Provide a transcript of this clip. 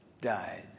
died